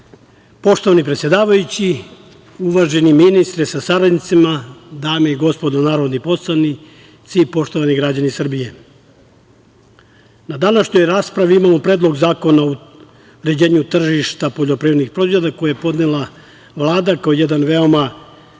Srbije. Poštovani predsedavajući, uvaženi ministre sa saradnicima, dame i gospodo narodni poslanici, poštovani građani Srbije. Na današnjoj raspravi imamo Predlog zakona o uređenju tržišta poljoprivrednih proizvoda koji je podnela Vlada kao jedan veoma